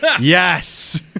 Yes